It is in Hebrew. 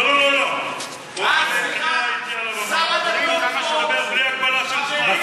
לא לא לא, מדברים כמה שרוצים.